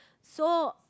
so